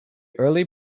early